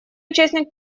участник